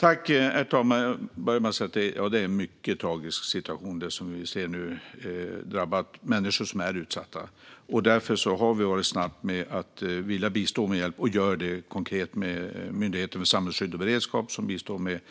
Herr talman! Jag vill börja med att säga att det är en mycket tragisk situation som vi nu ser har drabbat redan utsatta människor. Därför har vi varit snabba med att bistå med hjälp. Myndigheten för samhällsskydd och beredskap bistår konkret